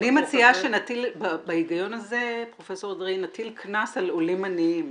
אני מציעה שנטיל קנס בהיגיון הזה על עולים עניים.